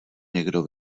někdo